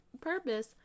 purpose